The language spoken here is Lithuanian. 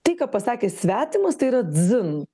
tai ką pasakė svetimas tai yra dzin